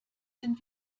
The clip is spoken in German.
sind